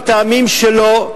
מטעמים שלו,